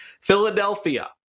Philadelphia